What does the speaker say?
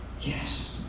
yes